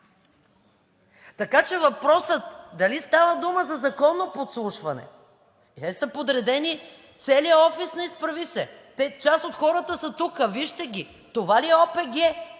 Така че въпросът: дали става дума за законно подслушване? Те са подредени – целият офис на „Изправи се. БГ!“, част от хората са тук, вижте ги, това ли е ОПГ?